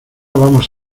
vamos